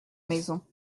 maison